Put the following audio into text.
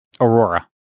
Aurora